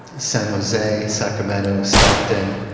san jose, sacramento, stockton,